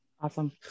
awesome